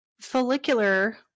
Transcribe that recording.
follicular